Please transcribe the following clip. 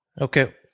Okay